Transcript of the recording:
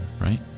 right